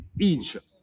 Egypt